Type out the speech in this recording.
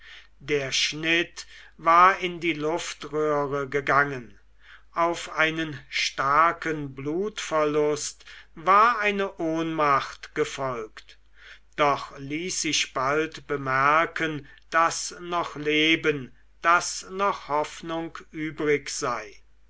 der schnitt war in die luftröhre gegangen auf einen starken blutverlust war eine ohnmacht gefolgt doch ließ sich bald bemerken daß noch leben daß noch hoffnung übrig sei